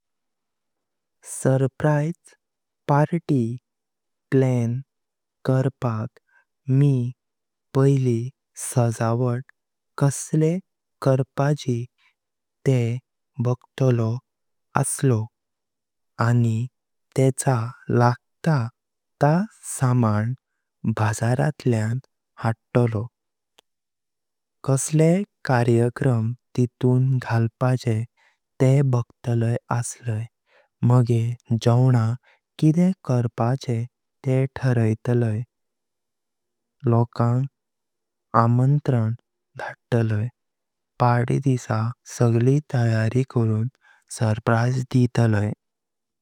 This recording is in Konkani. सरप्राइस पार्टी प्लॅन करपाक मी पैळी सजावत कासे करपाचें तें बगतालो आसलो आनी तेंचा लागत ता सामान बाजारातून हांदतालो। कासे कार्याक्रम तीतून घालपाचें तें बगतालय आसलय मागे जावनाक किडे करपाचें तें ठारैतालय, लोकांक आमंत्रण धांतालय। पार्टी दिसा सगली तयारी करून सरप्राइस दीतालय।